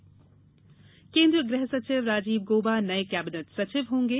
cabinet सचिव केन्द्रीय गृह सचिव राजीव गोबा नए कैबिनेट सचिव होंगे